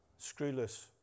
Screwless